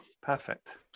Perfect